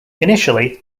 initially